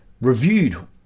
reviewed